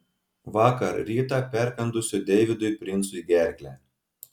vakar rytą perkandusio deividui princui gerklę